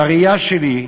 בראייה שלי,